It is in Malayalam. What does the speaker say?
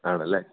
ആണല്ലേ